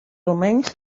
almenys